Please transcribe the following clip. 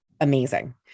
amazing